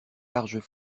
larges